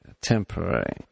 temporary